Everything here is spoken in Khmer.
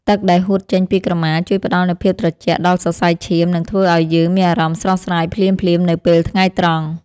ទឹកដែលហួតចេញពីក្រមាជួយផ្ដល់នូវភាពត្រជាក់ដល់សរសៃឈាមនិងធ្វើឱ្យយើងមានអារម្មណ៍ស្រស់ស្រាយភ្លាមៗនៅពេលថ្ងៃត្រង់។